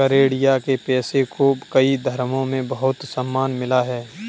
गरेड़िया के पेशे को कई धर्मों में बहुत सम्मान मिला है